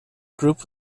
group